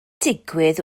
digwydd